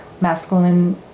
masculine